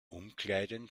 umkleiden